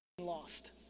lost